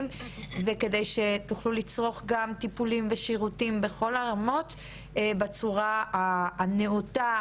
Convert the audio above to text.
ועל מנת שתוכלו לצרוך גם טיפולים ושירותים מכל הרמות בצורה הנאותה,